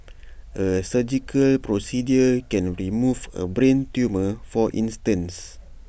A surgical procedure can remove A brain tumour for instance